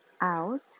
out